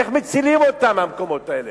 איך מצילים אותם מהמקומות האלה.